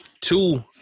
two